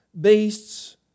beasts